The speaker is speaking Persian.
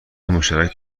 مشترک